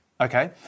Okay